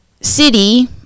city